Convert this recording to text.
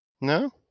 no